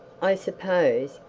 i suppose,